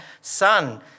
son